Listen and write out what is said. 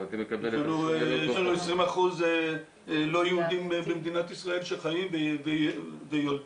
יש לנו 20% לא יהודים במדינת ישראל שחיים ויולדים.